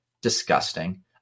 Disgusting